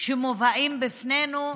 שמובאים בפנינו,